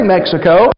Mexico